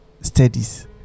studies